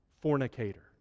fornicator